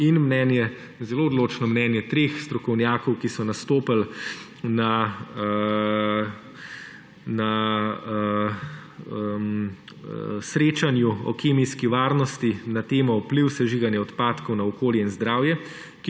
in zelo odločno mnenje treh strokovnjakov, ki so nastopili na srečanju o kemijski varnosti na temo vpliv sežiganja odpadkov na okolje in zdravje,